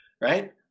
right